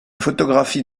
photographie